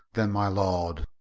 then, my lord?